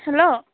hello